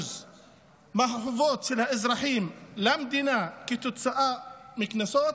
מהחובות של האזרחים למדינה כתוצאה מקנסות